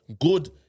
good